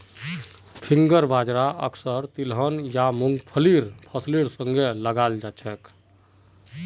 finger बाजरा अक्सर तिलहन या मुंगफलीर फसलेर संगे लगाल जाछेक